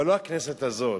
אבל לא הכנסת הזאת,